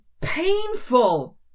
painful